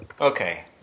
Okay